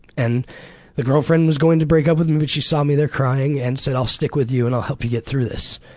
and the girlfriend was going to break up with me but she saw me there crying and said i'll stick with you and help you get through this.